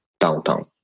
downtown